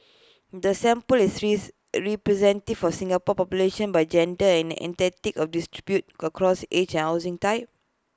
the sample is rise representative for Singapore population by gender and ethnicity and is distributed across age and housing type